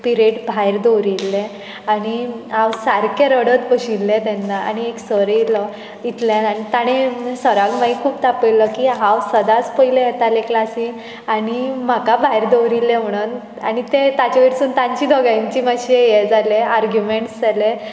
period भायर दवरिल्लें आनी हांव सारकें रडत बशिल्लें तेन्ना आनी एक सर येयलो तितल्यान आनी ताणें सराक मागीर खूब तापयल्लो की हांव सदांच पयलें येतालें क्लासीन आनी म्हाका भायर दवरिल्लें म्हणून आनी ते ताचे वयरसून तांची दोगांयची मात्शें हें जालें आर्ग्युमँट्स जाले